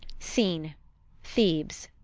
scene thebes.